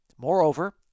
Moreover